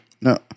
No